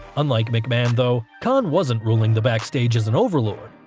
unlike mcmahon though, khan wasn't ruling the backstage as an overlord,